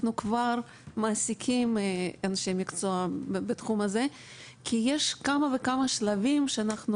אנחנו כבר מעסיקים אנשי מקצוע בתחום הזה כי יש כמה וכמה שלבים שאנחנו